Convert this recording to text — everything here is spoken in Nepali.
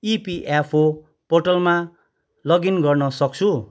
इपिएफओ पोर्टलमा लगइन गर्नसक्छु